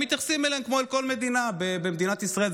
מתייחסים אליהן כמו אל כל עיר במדינת ישראל,